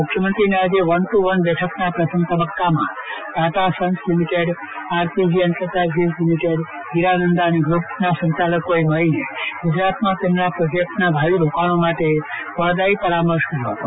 મુખ્યમંત્રી ને આજે વન ટુ વન બેઠક ના પ્રથમ તબક્કા માં Tata sons limited R P G enterprises limited Hiranandani group ના સઁચાલકો એ મળીને ગુજરાત માં તેમના પ્રોજેક્ટ ના ભાવિ રોકાશો માટે ફળદાયી પરામર્શ કર્યો હતો